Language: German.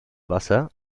wasser